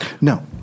No